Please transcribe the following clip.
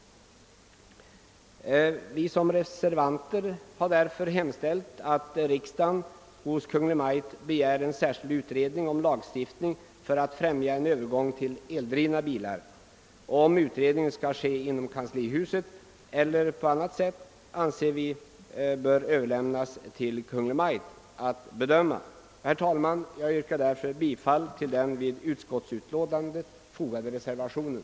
Vi reservanter har därför hemställt att riksdagen hos Kungl. Maj:t begär en särskild utredning om lagstiftning för att främja en övergång till eldrivna bilar. Om denna utredning skall göras i kanslihuset eller på annat sätt anser vi kan överlämnas till Kungl. Maj:ts bedömande. Jag ber, herr talman, att få yrka bifall till reservationen.